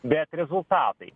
bet rezultatai